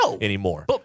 anymore